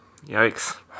Yikes